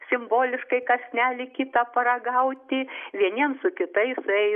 simboliškai kąsnelį kitą paragauti vieniems su kitais suėjus